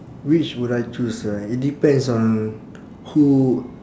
which would I choose ah it depends on who